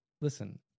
Listen